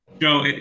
Joe